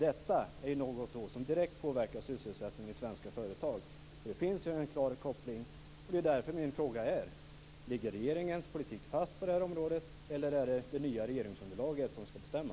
Detta är något som direkt påverkar sysselsättningen i svenska företag. Det finns en klar koppling. Därför är min fråga: Ligger regeringens politik fast på det här området, eller är det det nya regeringsunderlaget som får bestämma?